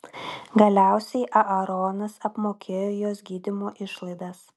galiausiai aaronas apmokėjo jos gydymo išlaidas